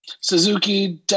Suzuki